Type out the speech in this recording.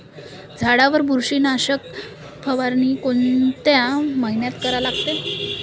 झाडावर बुरशीनाशक फवारनी कोनच्या मइन्यात करा लागते?